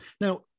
Now